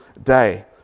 day